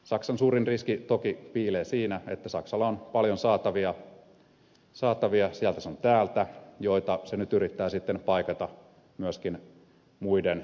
saksan suurin riski toki piilee siinä että saksalla on paljon saatavia sieltä sun täältä joita se nyt yrittää sitten paikata myöskin muiden takauksilla